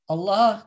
Allah